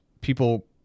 people